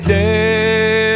day